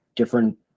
different